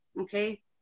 okay